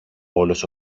όλος